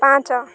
ପାଞ୍ଚ